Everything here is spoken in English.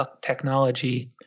technology